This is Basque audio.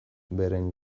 beren